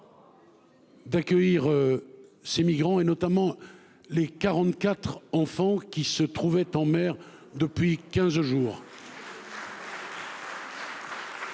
d'accueillir ces migrants, et notamment les 44 enfants, qui se trouvaient en mer depuis quinze jours.